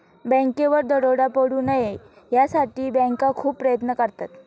बँकेवर दरोडा पडू नये यासाठी बँका खूप प्रयत्न करतात